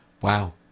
Wow